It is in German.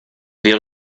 wir